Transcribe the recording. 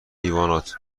حیوانات